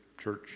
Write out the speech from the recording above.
Church